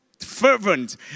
fervent